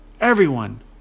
Everyone